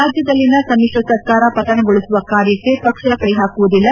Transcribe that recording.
ರಾಜ್ಯದಲ್ಲಿನ ಸಮಿಶ್ರ ಸರ್ಕಾರ ಪತನಗೊಳಿಸುವ ಕಾರ್ಯಕ್ಕೆ ಪಕ್ಷ ಕೈಹಾಕುವುದಿಲ್ಲ